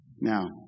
Now